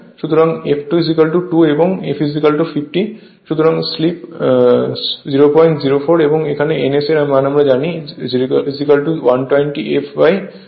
সুতরাং f22 এবং f50 সুতরাং স্লিপ 004 এবং n S আমরা জানি120 fP তাই 120 506 তাই 1000 rpm হবে